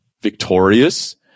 victorious